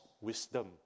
wisdom